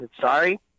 Sorry